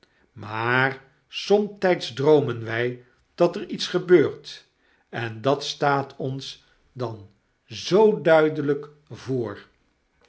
maar somtyds droomen wy dat er iets gebeurt en dat staat ons dan zoo duidelyk voor